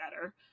better